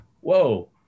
Whoa